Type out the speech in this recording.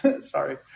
sorry